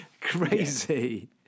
crazy